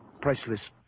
priceless